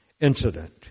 incident